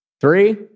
Three